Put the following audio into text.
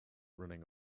running